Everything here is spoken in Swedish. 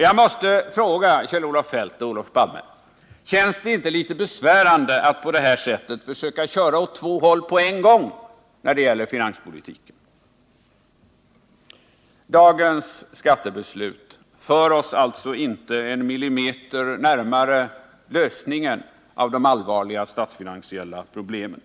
Jag måste fråga Kjell-Olof Feldt och Olof Palme: Känns det inte besvärande att på detta sätt försöka köra åt två håll på en gång när det gäller finanspolitiken? Dagens skattebeslut för oss alltså inte en millimeter närmare en lösning av de statsfinansiella problemen.